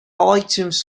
items